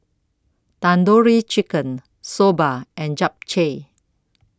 Tandoori Chicken Soba and Japchae